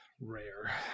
Rare